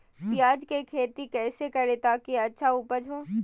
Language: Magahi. प्याज की खेती कैसे करें ताकि अच्छी उपज हो?